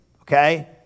okay